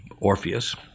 Orpheus